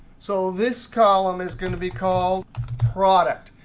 so this column is going to be called product.